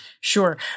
Sure